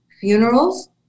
funerals